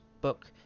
book